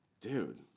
Dude